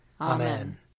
Amen